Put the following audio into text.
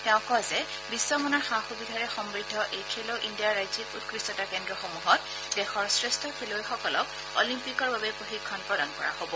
তেওঁ কয় যে বিশ্বমানৰ সা সুবিধাৰে সমৃদ্ধ এই খেলো ইণ্ডিয়া ৰাজ্যিক উৎকৃষ্টতা কেন্দ্ৰসমূহত দেশৰ শ্ৰেষ্ঠ খেলুৱৈসকলক অলিম্পিকৰ বাবে প্ৰশিক্ষণ প্ৰদান কৰা হ'ব